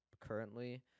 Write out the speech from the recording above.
currently